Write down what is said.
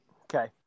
Okay